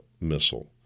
missile